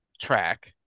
track